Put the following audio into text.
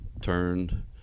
turned